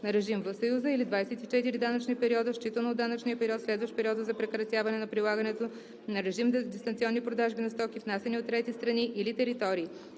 на режим в Съюза или 24 данъчни периода, считано от данъчния период, следващ периода на прекратяване на прилагането на режим за дистанционни продажби на стоки, внасяни от трети страни или територии.